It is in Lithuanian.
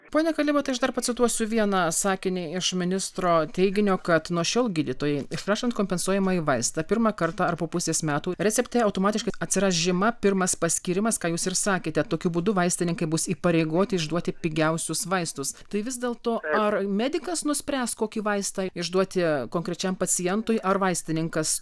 pone kalibatai aš dar pacituosiu vieną sakinį iš ministro teiginio kad nuo šiol gydytojai išrašant kompensuojamąjį vaistą pirmą kartą ar po pusės metų recepte automatiškai atsiras žyma pirmas paskyrimas ką jūs ir sakėte tokiu būdu vaistininkai bus įpareigoti išduoti pigiausius vaistus tai vis dėl to ar medikas nuspręs kokį vaistą išduoti konkrečiam pacientui ar vaistininkas